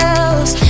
else